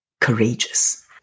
courageous